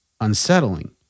unsettling